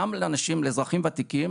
גם לאזרחים ותיקים,